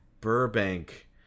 Burbank